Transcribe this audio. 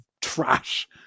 trash